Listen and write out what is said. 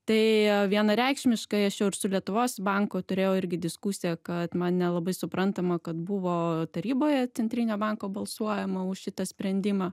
tai vienareikšmiškai aš jau ir su lietuvos banku turėjau irgi diskusiją kad man nelabai suprantama kad buvo taryboje centrinio banko balsuojama už šitą sprendimą